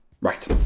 right